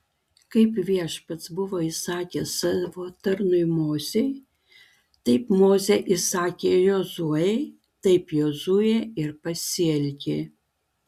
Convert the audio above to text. kaip viešpats buvo įsakęs savo tarnui mozei taip mozė įsakė jozuei taip jozuė ir pasielgė